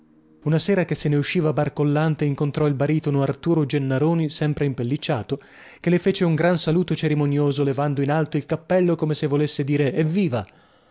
una sera che ne usciva barcollante incontrò il baritono arturo gennaroni sempre impellicciato che le fece un gran saluto cerimonioso levando in alto il cappello come se volesse dire evviva